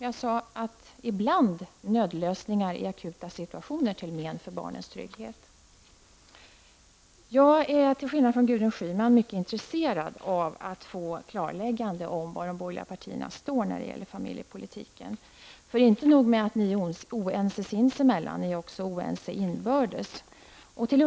Jag sade att nödlösningar i akuta situationer ibland är till men för barnens trygghet. Till skillnad från Gudrun Schyman är jag mycket intresserad av att få ett klarläggande av var de borgerliga partierna står när det gäller familjepolitiken. Inte nog med att ni är oense sinsemellan -- ni är också oense inom partierna.